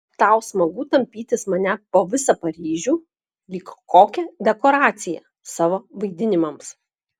tau smagu tampytis mane po visą paryžių lyg kokią dekoraciją savo vaidinimams